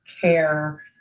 care